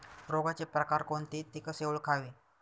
रोगाचे प्रकार कोणते? ते कसे ओळखावे?